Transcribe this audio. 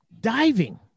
diving